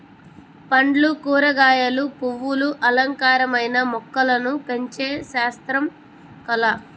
పండ్లు, కూరగాయలు, పువ్వులు అలంకారమైన మొక్కలను పెంచే శాస్త్రం, కళ